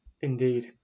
indeed